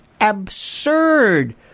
absurd